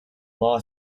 law